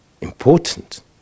Important